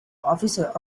officer